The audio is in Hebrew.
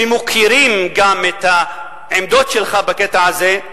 ומוקירים גם את העמדות שלך בקטע הזה,